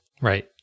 Right